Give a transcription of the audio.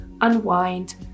unwind